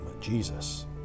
Jesus